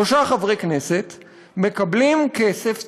שלושה חברי כנסת מקבלים כסף ציבורי,